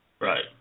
Right